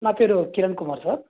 నా పేరు కిరణ్ కుమార్ సార్